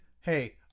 hey